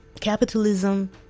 capitalism